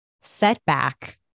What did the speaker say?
setback